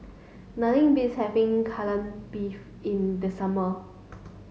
nothing beats having Kai Lan Beef in the summer